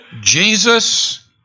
Jesus